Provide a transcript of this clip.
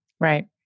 Right